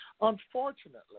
Unfortunately